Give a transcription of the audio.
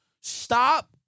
Stop